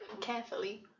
Carefully